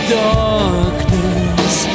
darkness